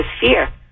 fear